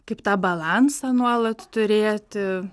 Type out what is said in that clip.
kaip tą balansą nuolat turėti